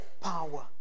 power